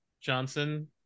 Johnson